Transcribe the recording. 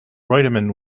reutemann